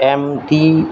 M T